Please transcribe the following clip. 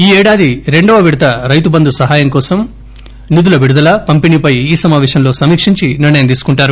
ఈ యేడాది రెండవ విడత రైతుబంధు సహాయం కోసం నిధుల విడుదల పంపిణీ పై ఈ సమాపేశంలో సమీక్షించి నిర్ణయం తీసుకుంటారు